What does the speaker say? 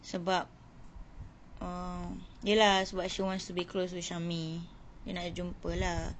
sebab uh ya lah but she wants to be close with shami dia nak jumpa lah